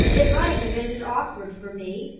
it might have ended awkwardly for me.